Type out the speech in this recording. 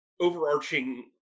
overarching